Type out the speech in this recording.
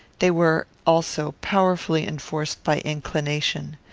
they were, also, powerfully enforced by inclination.